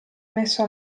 messo